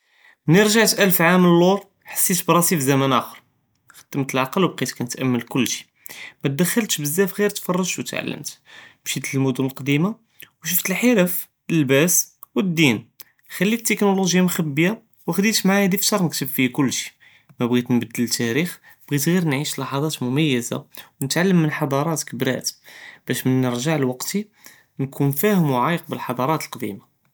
מינין רג'עת אלף עאם לואר חסית ראסי בזמן אחר, חדמת לעקל, ו בבקת קנתאמל קולשי, מתחדלתש בזאף גר תפרחת ותעלמת, משית ללמדין לקדימה ושפת אלחרף וללבאס ו אלדין, חלית טכנולוגיה מוכביא ו חדית פידי פשר נכתוב פיה קולשי, מבג'ית נבדל תאריח בג'ית גר נעיש ללחת ממיزة, ונתעלם מאלח'דראת כבארת באש מינין נרג'ע לווקתי נكون פהמ ללח'דראת קדימה.